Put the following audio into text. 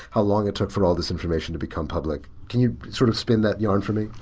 how long it took for all these information to become public. can you sort of spin that yarn for me?